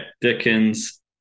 Dickens